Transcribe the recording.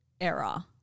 era